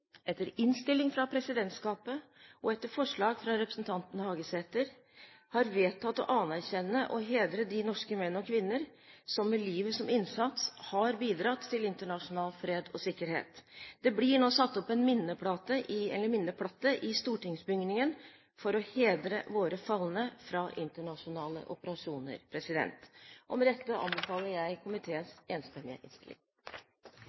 etter innstilling fra presidentskapet og etter forslag fra representanten Hagesæter, har vedtatt å anerkjenne og hedre de norske menn og kvinner som med livet som innsats har bidratt til internasjonal fred og sikkerhet. Det blir nå satt opp en minneplate i stortingsbygningen for å hedre våre falne i internasjonale operasjoner. Med dette anbefaler jeg komiteens enstemmige innstilling.